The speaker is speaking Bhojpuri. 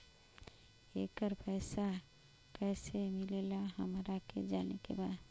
येकर पैसा कैसे मिलेला हमरा के जाने के बा?